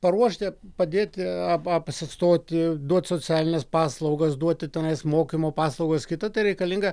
paruošti padėti ap apsistoti duot socialines paslaugas duoti tenais mokymo paslaugas kita tai reikalinga